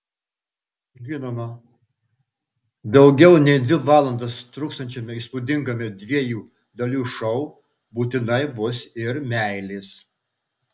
žinoma daugiau nei dvi valandas truksiančiame įspūdingame dviejų dalių šou būtinai bus ir meilės